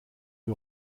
die